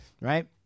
right